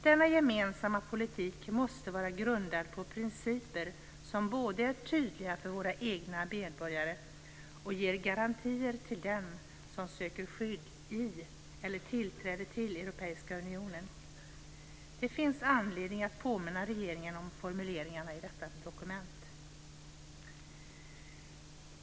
Denna gemensamma politik måste vara grundad på principer som både är tydliga för våra egna medborgare och ger garantier till dem som söker skydd i eller tillträde till Europeiska unionen." Det finns anledning att påminna regeringen om formuleringarna i detta dokument.